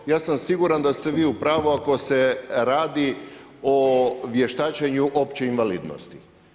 Ja sam siguran da ste vi u pravu ako se radi o vještačenju opće invalidnosti.